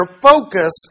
focus